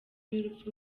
y’urupfu